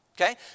Okay